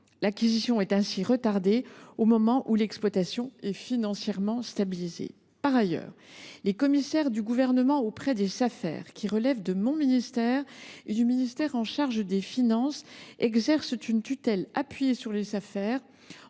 l’acquisition est ainsi retardée, au moment où l’exploitation est financièrement stabilisée. Par ailleurs, les commissaires du Gouvernement auprès des Safer, qui relèvent à la fois du ministère de l’agriculture et du ministère des finances, exercent une tutelle appuyée sur ces